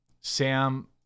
Sam